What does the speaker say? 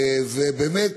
באמת